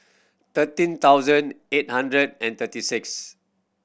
thirteen thousand eight hundred and thirty six